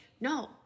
No